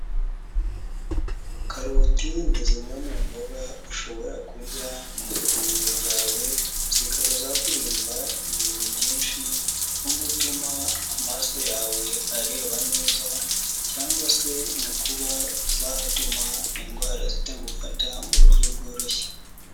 Karoti ni zimwe mu mboga ushobora kurya mu ifunguro ryawe zikaba zakurinda ibintu byinshi nko gutuma amaso yawe areba neza cyangwa se mu kuba zatuma indwara zitagufata mu buryo bworoshye.